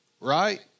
right